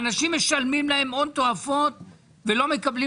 האנשים משלמים להם הון תועפות ולא מקבלים